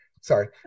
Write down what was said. Sorry